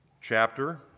chapter